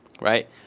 right